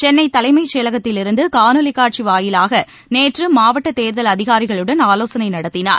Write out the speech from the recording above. சென்னை தலைமைச்செயலகத்திலிருந்து காணொலி காட்சி வாயிலாக நேற்று மாவட்ட தேர்தல் அதிகாரிகளுடன் ஆலோசனை நடத்தினார்